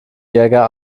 jäger